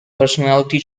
personality